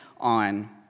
on